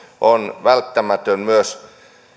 on välttämätön myös